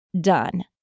done